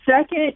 second